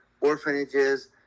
orphanages